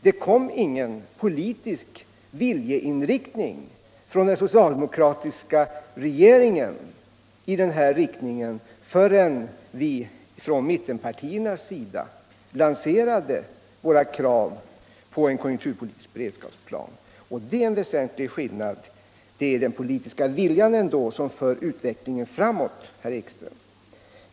Den socialdemokratiska regeringen visade ingen politisk viljeinriktning förrän vi från mittenpartiernas sida hade lanserat våra krav på en konjunkturpolitisk beredskapsplan. Det är en väsentlig skillnad. Det är den politiska viljan som för utvecklingen framåt, herr Ekström.